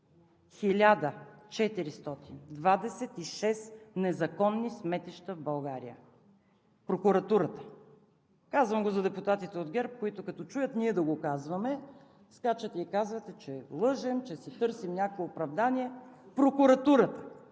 1426 незаконни сметища в България. Прокуратурата! Казвам го за депутатите от ГЕРБ, които като чуят ние да го казваме, скачат и казват, че лъжем, че си търсим някакво оправдание. Прокуратурата